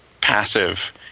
passive